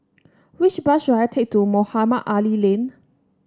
which bus should I take to Mohamed Ali Lane